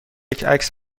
عکس